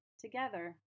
Together